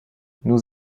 nous